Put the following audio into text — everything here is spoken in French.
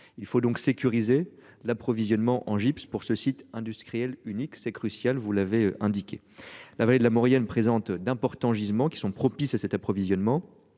Il faut donc sécuriser l'approvisionnement en gypse pour ce site industriel unique c'est crucial, vous l'avez indiqué la vallée de la Maurienne. D'importants gisements qui sont propices à cet approvisionnement